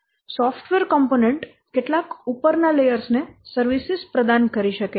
software component કેટલાક ઉપરના layers ને સર્વિસીસ પ્રદાન કરી શકે છે